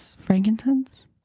frankincense